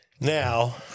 Now